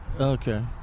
Okay